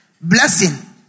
Blessing